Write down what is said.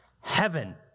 Heaven